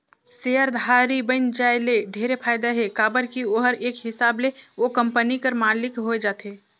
सेयरधारी बइन जाये ले ढेरे फायदा हे काबर की ओहर एक हिसाब ले ओ कंपनी कर मालिक होए जाथे